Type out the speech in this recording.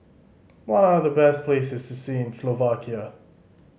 what are the best places to see in Slovakia